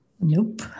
Nope